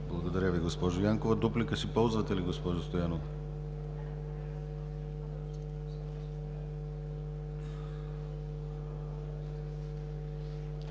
Благодаря Ви, госпожо Янкова. Дуплика ще ползвате ли, госпожо Стоянова?